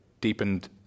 deepened